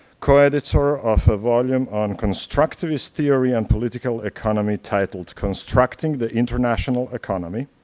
co-editor of a volume on constructivist theory on political economy titled constructing the international economy,